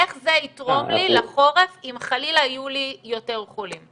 איך זה יתרום לי לחורף אם חלילה יהיו לי יותר חולים?